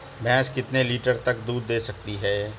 भैंस कितने लीटर तक दूध दे सकती है?